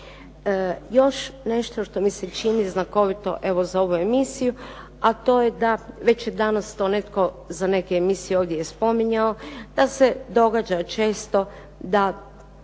Još nešto što mi se čini znakovito evo za ovu emisiju, a to je da, već je danas to netko za neke emisije ovdje i spominjao da se događa često da